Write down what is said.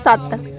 ਸੱਤ